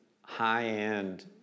high-end